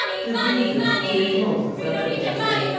diseases he is most susceptible to